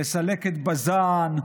לסלק את בז"ן,